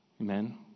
Amen